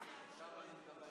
שאני פוגש בה כל פעם שאני מבקר